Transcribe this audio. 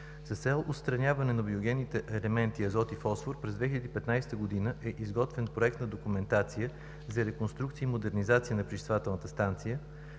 С цел отстраняване на биогенните елементи азот и фосфор през 2015 г. е изготвена проектна документация за реконструкция и модернизация на пречиствателната станция.